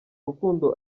rukundo